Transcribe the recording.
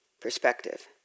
perspective